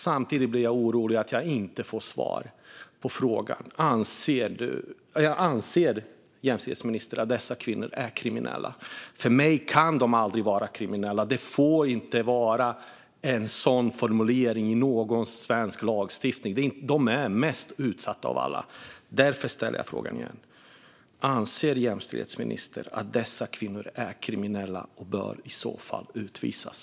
Samtidigt oroar det mig att jag inte får svar på frågan om jämställdhetsministern anser att dessa kvinnor är kriminella. För mig kan de aldrig vara kriminella, och det får inte finnas en sådan formulering i någon svensk lagstiftning. De är de mest utsatta av alla. Jag ställer frågan igen: Anser jämställdhetsministern att dessa kvinnor är kriminella och bör utvisas?